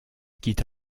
quitte